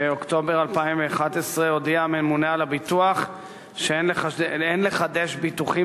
באוגוסט 2011 הודיע הממונה על הביטוח שאין לחדש ביטוחים